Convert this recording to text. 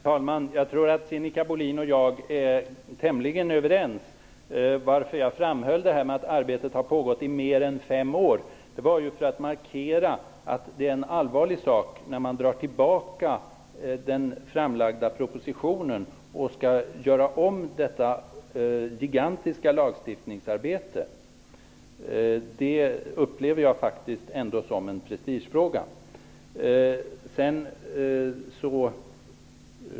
Herr talman! Jag tror att Sinikka Bohlin och jag är tämligen överens. Anledningen till att jag framhöll att arbetet har pågått i mer än fem år var att jag ville markera att det är en allvarlig sak när man drar tillbaka den framlagda propositionen och skall göra om detta gigantiska lagstiftningsarbete. Det upplever jag faktiskt som en prestigefråga.